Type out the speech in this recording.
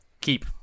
Keep